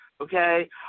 okay